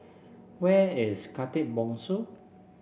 where is Khatib Bongsu